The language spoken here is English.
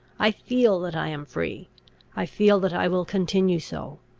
i feel that i am free i feel that i will continue so.